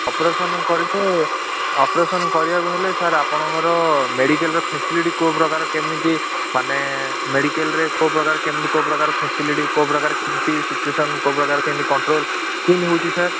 operation କରିଲେ operation କରିବାକୁ ହେଲେ ସାର୍ ଆପଣଙ୍କର ମେଡ଼ିକାଲର ଫାସିଲିଟି କେଉଁ ପ୍ରକାର କେମିତି ମାନେ ମେଡ଼ିକାଲରେ କେଉଁ ପ୍ରକାର କେମିତି କେଉଁ ପ୍ରକାର ଫାସିଲିଟି କେଉଁ ପ୍ରକାର କେମିତି ସିଚୁଏସନ୍ କେଉଁ ପ୍ରକାର କେମିତି କଣ୍ଟ୍ରୋଲ୍ କେମିତି ହେଉଛି ସାର୍